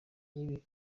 y’ibi